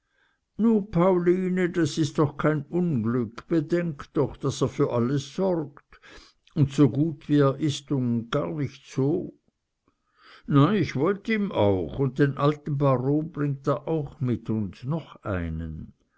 pauline das is doch kein unglück bedenke doch daß er für alles sorgt und so gut wie er ist und gar nich so na ich wollt ihm auch und den alten baron bringt er auch mit und noch einen